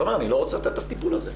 אתה אומר: אני לא רוצה לתת את הטיפול הזה.